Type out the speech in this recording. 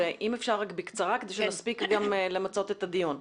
אני מבקשת בקצרה, כדי שנספיק למצות את הדיון.